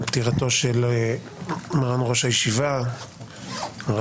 על פטירתו של מר"ן ראש הישיבה הרב